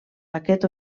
aquest